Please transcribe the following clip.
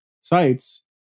sites